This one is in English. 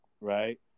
right